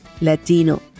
Latino